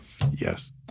Yes